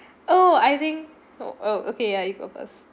oh I think oh oh okay ya you go first